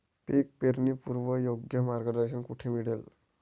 पीक पेरणीपूर्व योग्य मार्गदर्शन कुठे मिळेल?